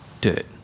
dirt